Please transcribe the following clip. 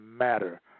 matter